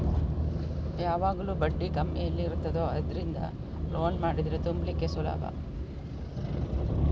ಯಾವಾಗ್ಲೂ ಬಡ್ಡಿ ಕಮ್ಮಿ ಎಲ್ಲಿ ಇರ್ತದೋ ಅದ್ರಿಂದ ಲೋನ್ ಮಾಡಿದ್ರೆ ತುಂಬ್ಲಿಕ್ಕು ಸುಲಭ